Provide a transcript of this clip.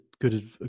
good